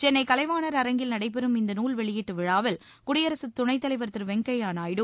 சென்னை கலைவாணர் அரங்கில் நடைபெறும் இந்த நூல் வெளியீட்டு விழாவில் குடியரசு துணைத் தலைவர் திரு வெங்கய்ய நாயுடு